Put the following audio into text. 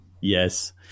Yes